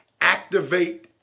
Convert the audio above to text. Activate